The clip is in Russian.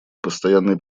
постоянный